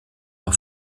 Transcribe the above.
nur